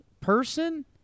person